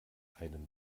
einem